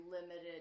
limited